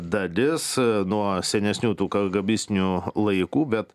dalis nuo senesnių tų kėgėbistinių laikų bet